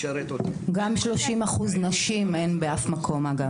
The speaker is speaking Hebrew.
גם 30% נשים אין בשום מקום אגב.